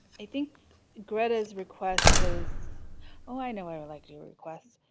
i think greta's request was oh, i know i would like new requests.